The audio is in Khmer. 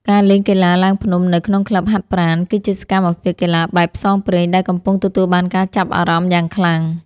ការលេងកីឡាឡើងភ្នំនៅក្នុងក្លឹបហាត់ប្រាណ គឺជាសកម្មភាពកីឡាបែបផ្សងព្រេងដែលកំពុងទទួលបានការចាប់អារម្មណ៍យ៉ាងខ្លាំង។